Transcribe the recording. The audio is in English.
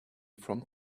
from